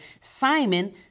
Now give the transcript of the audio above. Simon